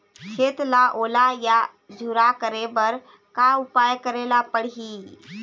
खेत ला ओल या झुरा करे बर का उपाय करेला पड़ही?